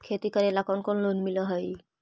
खेती करेला कौन कौन लोन मिल हइ?